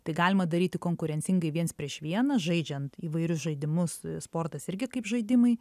tai galima daryti konkurencingai viens prieš vieną žaidžiant įvairius žaidimus sportas irgi kaip žaidimai